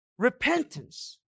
Repentance